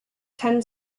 ten